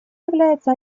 является